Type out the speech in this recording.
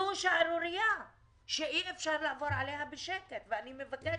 זו שערורייה שאי אפשר לעבור עליה בשקט ואני מבקשת,